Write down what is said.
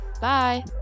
Bye